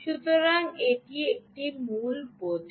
সুতরাং এটি এখানে মূল বোঝা